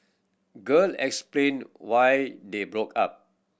girl explain why they broke up